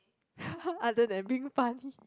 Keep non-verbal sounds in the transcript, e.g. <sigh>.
<laughs> other than being funny